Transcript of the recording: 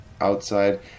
outside